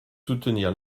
soutenir